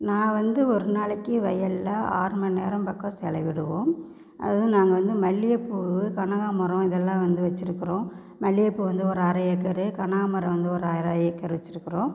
நான் வந்து ஒரு நாளைக்கு வயலில் ஆறு மண் நேரம் பக்கம் செலவிடுவோம் அதுவும் நாங்கள் வந்து மல்லிகைப்பூவு கனகாமரம் இதெல்லாம் வந்து வச்சி இருக்குறோம் மல்லிகைப்பூ வந்து ஒரு அரை ஏக்கரு கனகாமரம் வந்து ஒரு அரை ஏக்கரு வச்சி இருக்குறோம்